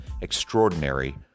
extraordinary